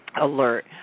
alert